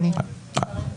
עליו,